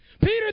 Peter